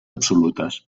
absolutes